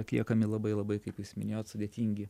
atliekami labai labai kaip jūs minėjot sudėtingi